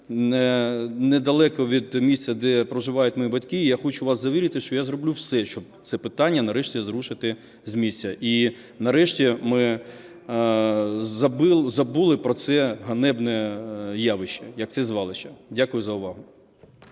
недалеко від місця, де проживають мої батьки, і я хочу вас завірити, що я зроблю все, щоб це питання нарешті зрушити з місця і нарешті ми забули про це ганебне явище, як це звалище. Дякую за увагу.